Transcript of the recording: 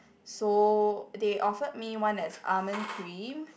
so they offered me one that's almond cream